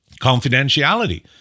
confidentiality